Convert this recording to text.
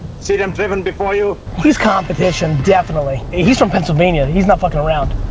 see them driven before you. he's competition, definitely. he's from pennsylvania, he's not fucking around.